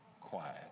quiet